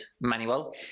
manual